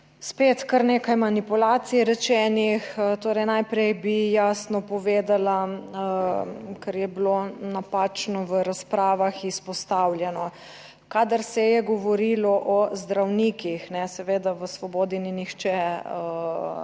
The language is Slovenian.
spet kar nekaj manipulacij rečenih. Torej, najprej bi jasno povedala, kar je bilo napačno v razpravah izpostavljeno. Kadar se je govorilo o zdravnikih - seveda v Svobodi ni nihče